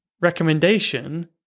recommendation